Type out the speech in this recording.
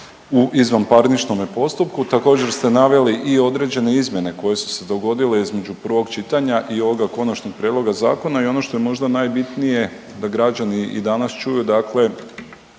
u izvanparničnome postupku. Također ste naveli i određene izmjene koje su se dogodile između prvog čitanja i ovog konačnog prijedloga zakona i ono što je najbitnije da građani i danas čuju, dakle